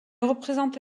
représente